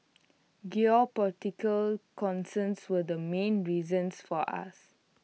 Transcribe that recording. geopolitical concerns were the main reasons for us